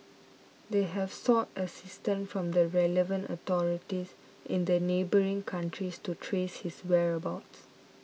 they have sought assistance from the relevant authorities in the neighbouring countries to trace his whereabouts